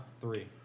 three